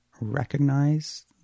recognize